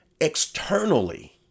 externally